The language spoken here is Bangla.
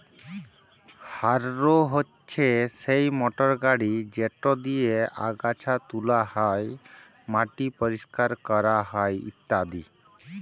হাররো হছে সেই মটর গাড়ি যেট দিঁয়ে আগাছা তুলা হ্যয়, মাটি পরিষ্কার ক্যরা হ্যয় ইত্যাদি